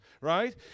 right